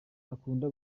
akunda